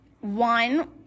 One